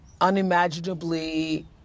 unimaginably